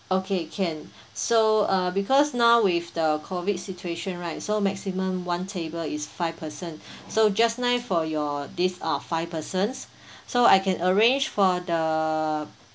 okay can so uh because now with the COVID situation right so maximum one table is five person so just nice for your this uh five persons so I can arrange for the